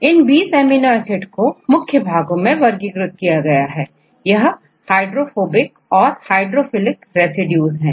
इन 20 amino acid को मुख्य भागों में वर्गीकृत किया गया है यह हाइड्रोफोबिक और हाइड्रोफिलिक रेसिड्यूज हैं